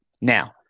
Now